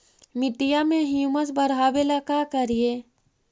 मिट्टियां में ह्यूमस बढ़ाबेला का करिए?